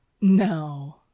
No